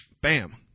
bam